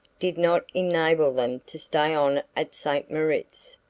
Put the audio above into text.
did not enable them to stay on at st. moritz.